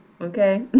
Okay